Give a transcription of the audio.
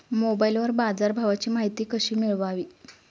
मोबाइलवर बाजारभावाची माहिती कशी मिळवावी?